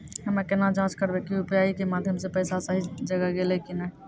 हम्मय केना जाँच करबै की यु.पी.आई के माध्यम से पैसा सही जगह गेलै की नैय?